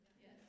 Yes